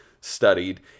studied